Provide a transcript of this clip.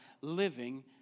living